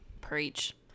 Preach